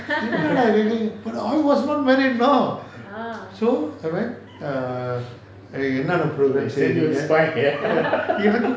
I was not married know so I went err என்ன அனுப்புறது:enna anupurathu